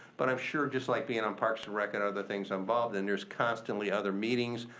but i'm sure just like bein' on parks and rec, and other things i'm involved in, there's constantly other meetings.